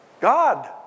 God